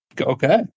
Okay